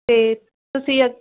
ਅਤੇ ਤੁਸੀਂ ਅ